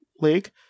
League